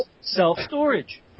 self-storage